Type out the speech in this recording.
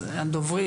הדוברים,